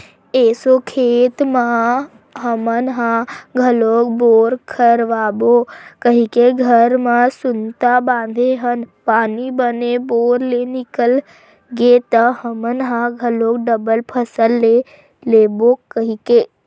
एसो खेत म हमन ह घलोक बोर करवाबो कहिके घर म सुनता बांधे हन पानी बने बोर ले निकल गे त हमन ह घलोक डबल फसल ले लेबो कहिके